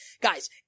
guys